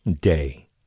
day